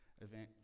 event